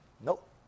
Nope